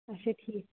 اَچھا ٹھیٖک